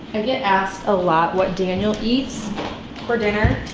and get asked a lot what daniel eats for dinner.